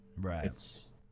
Right